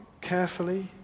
carefully